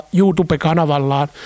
YouTube-kanavallaan